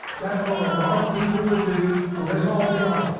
that's what a lot of people would do. and let's all be honest,